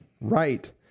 right